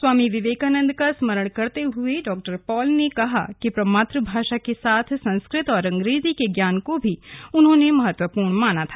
स्वामी विवेकानन्द का स्मरण करते हुए डॉ पॉल ने कहा कि मातृभाषा के साथ संस्कृत और अंग्रेजी के ज्ञान को भी उन्होंने महत्वपूर्ण माना था